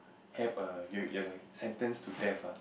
have a you you know sentence to death ah